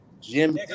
jim